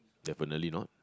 definitely not